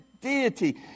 deity